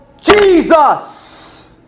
Jesus